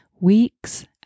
weeks